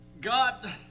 God